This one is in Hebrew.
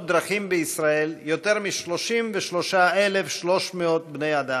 דרכים בישראל יותר מ-33,300 בני אדם,